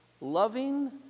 loving